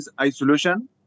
isolation